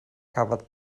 cafodd